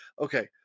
okay